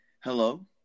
Hello